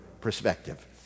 perspective